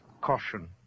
caution